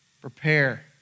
prepare